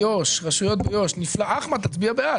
הצבעה